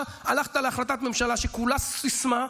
אתה הלכת להחלטת ממשלה שכולה סיסמה,